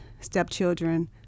stepchildren